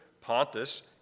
Pontus